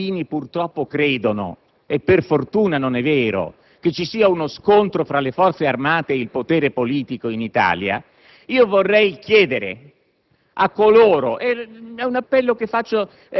Dal momento che i cittadini purtroppo credono - ma per fortuna non è vero - che vi sia uno scontro tra le Forze armate ed il potere politico in Italia, vorrei rivolgere